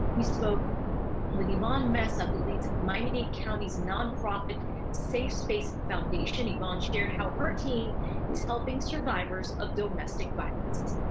we spoke with ivon um um mesa who leads miami-dade county's nonprofit safe space foundation. ivon shared how her team is helping survivors of domestic violence.